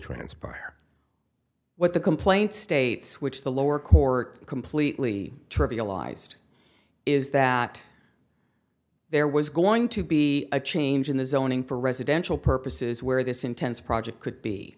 transpire what the complaint states which the lower court completely trivialized is that there was going to be a change in the zoning for residential purposes where this intense project could be